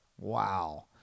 wow